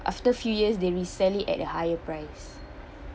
after few years they resell it at a higher price